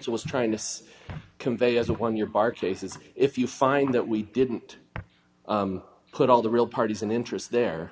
she was trying to convey as a one your bar cases if you find that we didn't put all the real parties in interest there